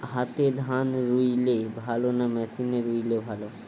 হাতে ধান রুইলে ভালো না মেশিনে রুইলে ভালো?